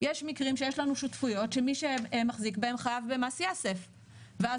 יש מקרים שיש לנו שותפויות שמי שמחזיק בהם חייב מס יסף ואז